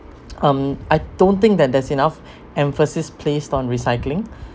um I don't think that there's enough emphasis placed on recycling